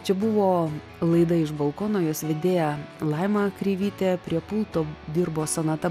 čia buvo laida iš balkono jos vedėja laima kreivytė prie pulto dirbo sonata